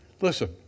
listen